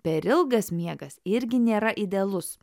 per ilgas miegas irgi nėra idealus